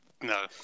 No